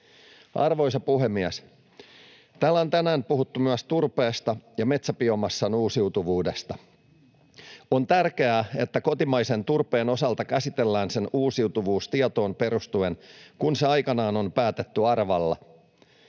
Arvoisa puhemies! Täällä on tänään puhuttu myös turpeesta ja metsäbiomassan uusiutuvuudesta. On tärkeää, että kotimaisen turpeen osalta käsitellään sen uusiutuvuus tietoon perustuen, kun se aikanaan on päätetty arvalla.